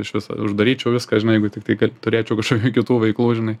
išviso uždaryčiau viską žinai jeigu tiktai kad turėčiau kažkokių kitų vaikų žinai